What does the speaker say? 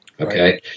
Okay